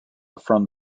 from